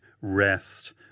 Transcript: rest